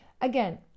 Again